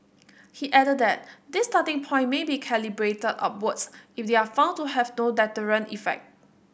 he added that this starting point may be calibrated upwards if they are found to have no deterrent effect